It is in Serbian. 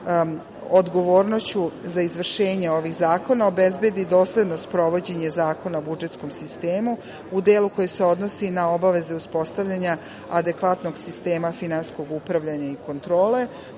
odgovornošću za izvršenje ovih zakona obezbedi dosledno sprovođenje Zakona o budžetskom sistemu, a u delu koji se odnosi na obaveze uspostavljanja adekvatnog sistema finansijskog upravljanja i kontrole,